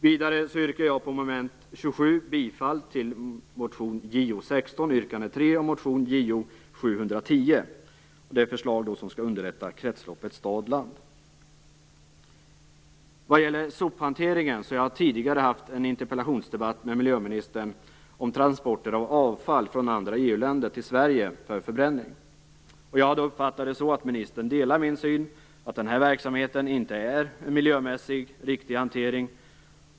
Vidare yrkar jag under mom. 27 bifall till motion Vad gäller sophanteringen har jag tidigare haft en interpellationsdebatt med miljöministern om transporter av avfall från andra EU-länder till Sverige för förbränning. Jag uppfattade det så att ministern delar min syn att den här verksamheten inte innebär en miljömässigt riktig hantering.